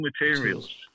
materials